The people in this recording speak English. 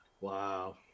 Wow